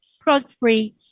drug-free